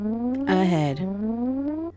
ahead